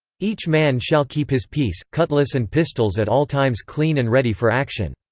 each man shall keep his piece, cutlass and pistols at all times clean and ready for action.